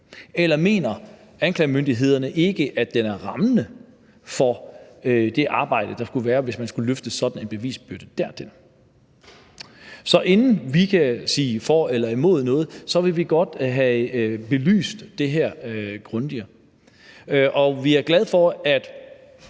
Eller mener anklagemyndigheden ikke, at den er rammende for det arbejde, der skulle være, hvis man skulle løfte sådan en bevisbyrde? Så inden vi kan sige for eller imod noget, vil vi godt have det her belyst grundigere. Vi blev en